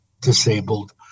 disabled